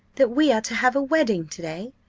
that we are to have a wedding to-day?